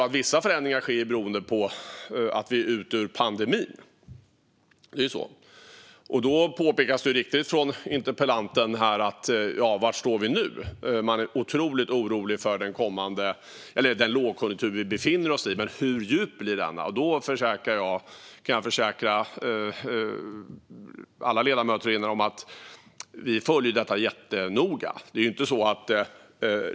Andra förändringar sker eftersom vi är ute ur pandemin. Interpellanten frågar var vi står nu och är orolig för hur djup den pågående lågkonjunkturen kommer att bli. Jag kan försäkra alla ledamöter om att vi följer detta noga.